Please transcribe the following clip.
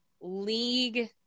league